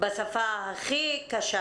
בשפה הכי קשה